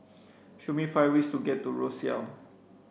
show me five ways to get to Roseau